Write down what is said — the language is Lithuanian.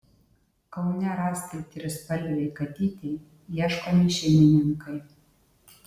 kaune rastai trispalvei katytei ieškomi šeimininkai